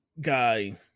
guy